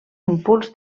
impuls